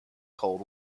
cold